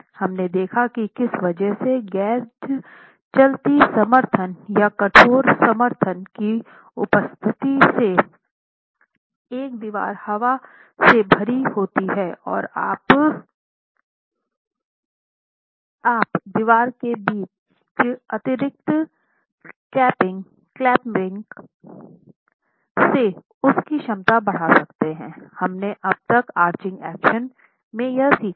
हमने देखा कि किस वजह से गैर चलती समर्थन या कठोर समर्थन की उपस्थिति से एक दीवार हवा से भरी होती है और आप दीवार के बीच अतिरिक्त क्लैंपिंग से उसकी क्षमता बढ़ा सकते हैं हमने अब तक आर्चिंग एक्शन में यह सीखा था